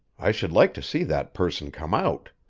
i should like to see that person come out.